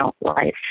life